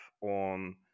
on